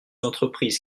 entreprises